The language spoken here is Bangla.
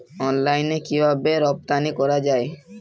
অনলাইনে কিভাবে রপ্তানি করা যায়?